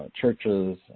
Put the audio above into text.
churches